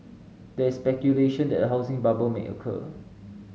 there is speculation that a housing bubble may occur